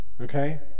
okay